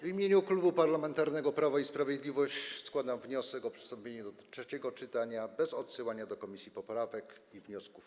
W imieniu Klubu Parlamentarnego Prawo i Sprawiedliwość składam wniosek o przystąpienie do trzeciego czytania bez odsyłania do komisji poprawek i wniosków.